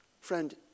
Friend